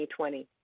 2020